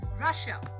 Russia